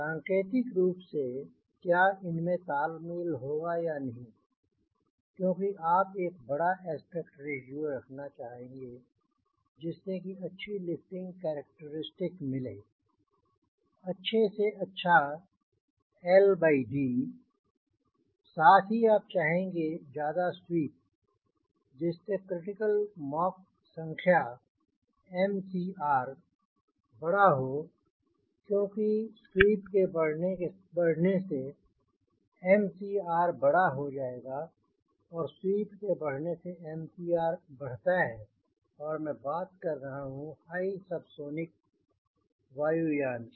सांकेतिक रूप से क्या इनमे तालमेल होगा या नहीं क्योंकि आप एक बड़ा एस्पेक्ट रेश्यो रखना चाहेंगे जिससे ज्यादा अच्छी लिफ्टिंग कैरेक्टरिस्टिक मिले अच्छे से अच्छा LD साथ ही आप चाहेंगे ज्यादा स्वीप जिससे क्रिटिकल मॉक संख्या MCr बड़ा हो क्योंकि स्वीप के बढ़ने से MCr बड़ा हो क्योंकि स्वीप के बढ़ने से MCr बढ़ता है और मैं बात कर रहा हूँ हाई सबसोनिक वायुयान की